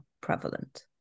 prevalent